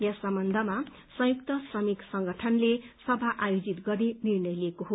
यस सम्बन्धमा संयुक्त श्रमिक संगठनले सभा आयोजित गरी निर्णय लिएको हो